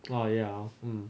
orh ya